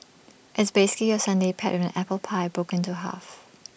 it's basically your sundae paired with an apple pie broken into half